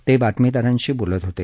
ते बातमीदारांशी बोलत होते